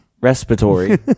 respiratory